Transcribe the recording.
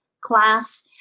class